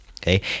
okay